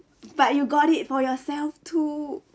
but you got it for yourself too